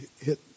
hit